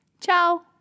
Ciao